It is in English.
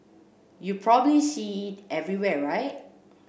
you probably see it everywhere right